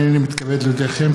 הנני מתכבד להודיעכם,